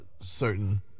certain